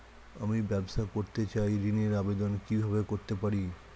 আমি ব্যবসা করতে চাই ঋণের আবেদন কিভাবে করতে পারি?